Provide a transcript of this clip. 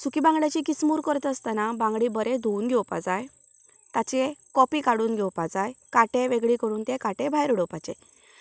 सुकी बांगड्याची किसमूर करतासताना बांगडे बरें धुवन घेवपा जाय ताचे कपे काडून घेवपा जाय कांटे वेगळे करून ते कांटे भायर उडोवपाचें